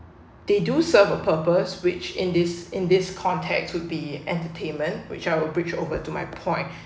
they do serve a purpose which in this in this context would be entertainment which I'll bridge over to my point